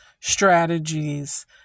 strategies